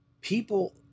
people